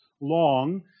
long